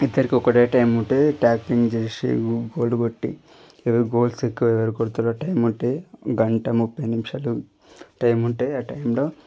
ఇద్దరికిఒకటే time ఉంటే టాక్టింగ్ చేసి గోల్ కొట్టి ఎవరు గోల్స్ ఎక్కువ కొడతారో టైం ఉంటే గంట ముఫై నిమిషాలు టైం ఉంటే ఆ టైంలో